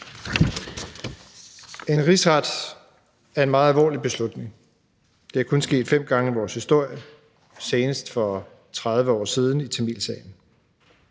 En rigsret er en meget alvorlig beslutning. Det er kun sket fem gange i vores historie, senest for 30 år siden i tamilsagen.